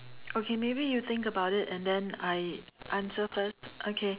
okay maybe you think about it and then I answer first okay